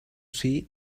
see